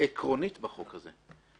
עקרונית בחוק הזה.